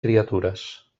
criatures